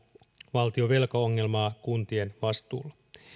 valtion velkaongelmaa kuntien vastuulle